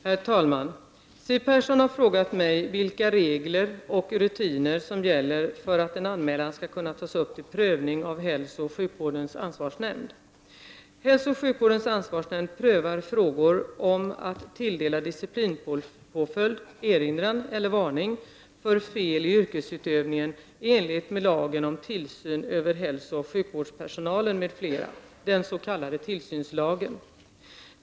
Herr talman! Siw Persson har frågat mig vilka regler och rutiner som gäller för att en anmälan skall kunna tas upp till prövning av hälsooch sjukvårdens ansvarsnämnd. Hälsooch sjukvårdens ansvarsnämnd prövar frågor om att tilldela disciplinpåföljd — erinran eller varning — för fel i yrkesutövningen i enlighet med lagen om tillsyn över hälsooch sjukvårdspersonalen m.fl., den s.k. tillsynslagen.